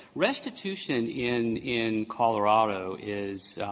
restitution in in colorado is